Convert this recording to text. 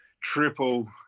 triple